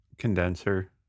condenser